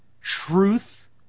truth